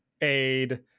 aid